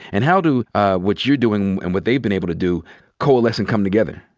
and how do what you're doing and what they've been able to do coalesce and come together?